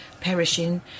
perishing